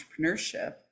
entrepreneurship